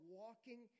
walking